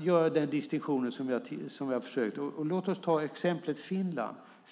göra den distinktion vi har försökt att göra. Låt oss ta exemplet Finland.